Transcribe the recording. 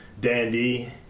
Dandy